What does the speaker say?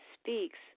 speaks